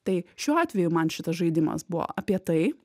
tai šiuo atveju man šitas žaidimas buvo apie tai